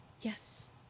Yes